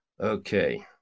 okay